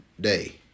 day